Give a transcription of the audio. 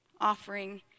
offering